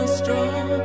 strong